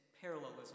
parallelism